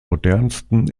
modernsten